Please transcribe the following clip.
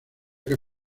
que